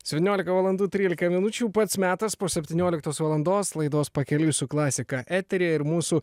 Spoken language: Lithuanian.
septyniolika valandų trylika minučių pats metas po septynioliktos valandos laidos pakeliui su klasika eteryje ir mūsų